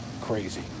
crazy